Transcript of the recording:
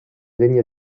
degna